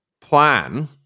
plan